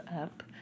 up